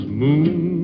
moon